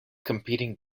competing